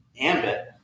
ambit